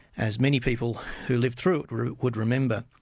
as many people who lived through through it would remember.